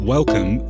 Welcome